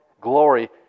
glory